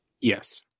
Yes